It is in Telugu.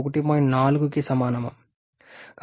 4కి సమానం